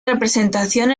representación